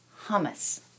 hummus